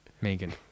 Megan